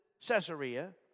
Caesarea